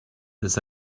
this